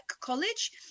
College